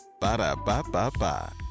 Ba-da-ba-ba-ba